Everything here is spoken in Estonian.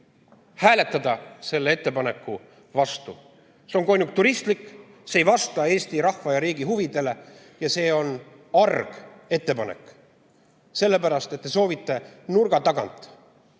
hääletada selle ettepaneku vastu. See on konjunkturistlik, see ei vasta Eesti riigi ja rahva huvidele ja see on arg ettepanek. Sellepärast, et te soovite nurga tagant